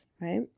right